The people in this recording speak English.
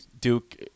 Duke